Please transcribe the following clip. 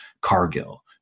Cargill